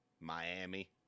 Miami